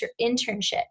internship